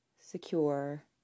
secure